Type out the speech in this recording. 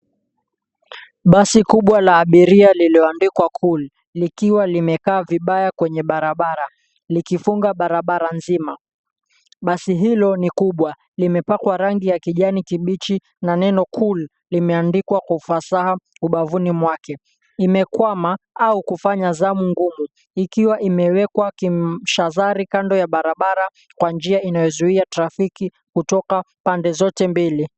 Basi kubwa la abiria lililoandikwa, Cool, likiwa limekaa vibaya kwenye barabara, likifunga barabara nzima. Basi hilo ni kubwa, limepakwa rangi ya kijani kibichi na neno, Cool, limeandikwa kwa ufasaha ubavuni mwake. Imekwama au kufanya zamu ngumu, ikiwa imewekwa kimshazari kando ya barabara kwa njia inayozuia trafiki kutoka pande zote mbili.